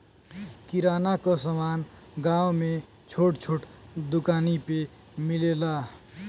किराना क समान गांव में छोट छोट दुकानी पे मिलेला